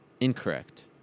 Incorrect